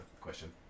question